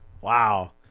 Wow